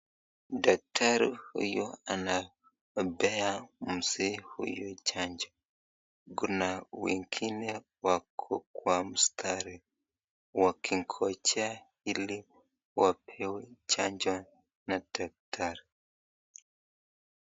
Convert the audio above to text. Daktari huyu anapea mzee huyu chanjo, kuna wengine wako kwa mstari wakingojea ili wapewe chanjo na daktari.